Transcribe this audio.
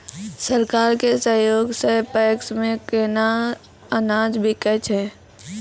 सरकार के सहयोग सऽ पैक्स मे केना अनाज बिकै छै?